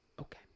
Okay